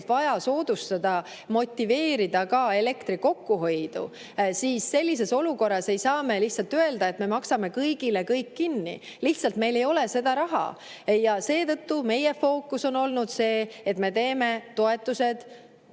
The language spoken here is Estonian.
vaja soodustada, motiveerida ka elektri kokkuhoidu, ei saa me lihtsalt öelda, et me maksame kõigile kõik kinni. Lihtsalt meil ei ole seda raha. Seetõttu meie fookus on olnud see, et me teeme toetused